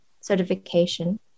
certification